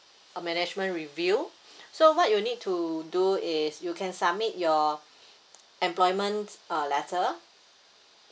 a management review so what you need to do is you can submit your employment uh letter